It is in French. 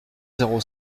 zéro